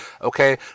Okay